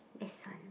this one